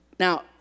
Now